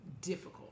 difficult